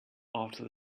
after